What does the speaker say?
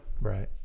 Right